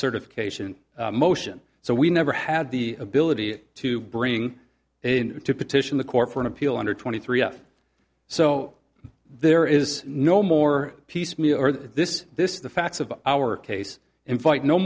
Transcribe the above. certification motion so we never had the ability to bring in to petition the court for an appeal under twenty three so there is no more piecemeal this this is the facts of our case and fight no